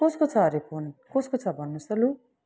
कसको छ अरे फोन कसको छ भन्नुहोस् त लु